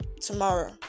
tomorrow